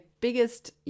biggest